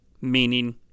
meaning